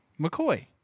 McCoy